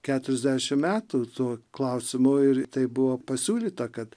keturiasdešimt metų tuo klausimu ir tai buvo pasiūlyta kad